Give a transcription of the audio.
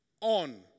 on